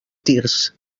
tirs